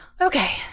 Okay